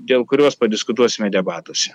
dėl kurios padiskutuosime debatuose